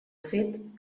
fet